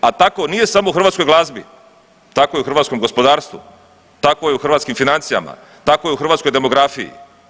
A tako nije samo u hrvatskoj glazbi, tako je u hrvatskom gospodarstvu, tako je hrvatskim financijama, tako je u hrvatskoj demografiji.